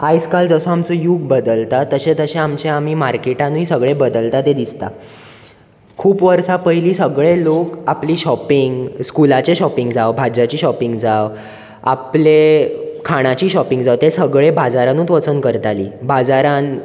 आयज काल जसो आमचो यूग बदलता तशें तशें आमचें आमी मार्केटांतूय सगळें बदलता तें दिसता खूब वर्सां पयलीं सगळें लोक आपलीं श्योपींग स्कुलाचें श्योपींग जावं भाज्यांचे श्योपींग जावं आपलें खाणांचीं श्योपींग जावं तें सगळें बाजारांतूच वचोन करतालीं बाजारांत